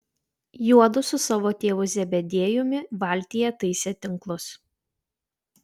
juodu su savo tėvu zebediejumi valtyje taisė tinklus